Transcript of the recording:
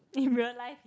in realise